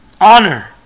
honor